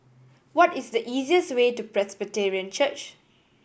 what is the easiest way to Presbyterian Church